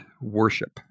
worship